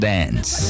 Dance